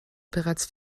bereits